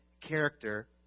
character